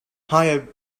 high